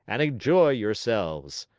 and enjoy yourselves.